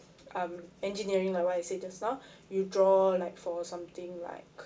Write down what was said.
um engineering like what I say just now you draw like for something like